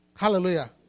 Hallelujah